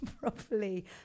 properly